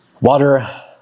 water